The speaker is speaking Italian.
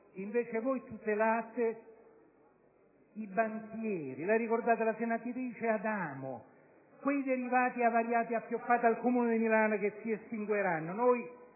(...)», voi tutelate i banchieri. Lo ha ricordato la senatrice Adamo: quei derivati avariati appioppati al Comune di Milano che si estingueranno. Noi